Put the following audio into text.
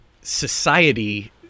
society